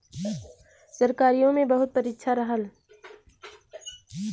सरकारीओ मे बहुत परीक्षा रहल